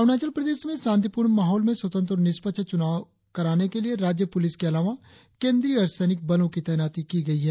अरुणाचल प्रदेश में शांतिपूर्ण माहौल में स्वतंत्र और निष्पक्ष चूनाव करने के लिए राज्य पुलिस के अलावा केंद्रीय अर्धसैनिक बलों की तैनाती की गई है